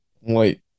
Wait